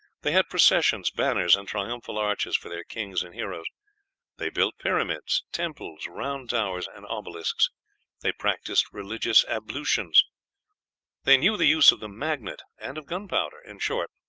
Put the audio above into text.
they had processions, banners, and triumphal arches for their kings and heroes they built pyramids, temples, round-towers, and obelisks they practised religious ablutions they knew the use of the magnet and of gunpowder. in short,